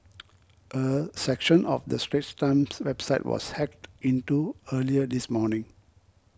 a section of the Straits Times website was hacked into earlier this morning